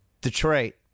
Detroit